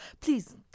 please